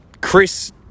Chris